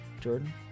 jordan